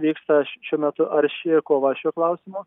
vyksta šiuo metu arši kova šiuo klausimu